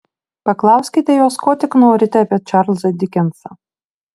paklauskite jos ko tik norite apie čarlzą dikensą